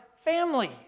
family